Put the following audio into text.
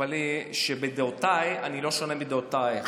תתפלאי שבדעותיי אני לא שונה מדעותייך,